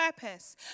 purpose